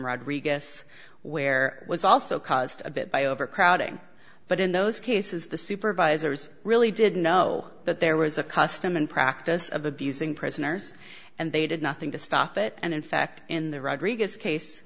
rodriguez where was also caused a bit by overcrowding but in those cases the supervisors really didn't know that there was a custom and practice of abusing prisoners and they did nothing to stop it and in fact in the rodriguez case